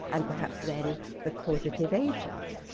and perhaps then the causative agent.